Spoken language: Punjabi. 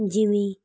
ਜਿਵੇਂ